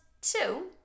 two